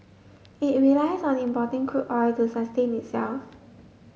it relies on importing crude oil to sustain itself